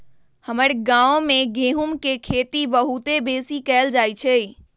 हमर गांव में गेहूम के खेती बहुते बेशी कएल जाइ छइ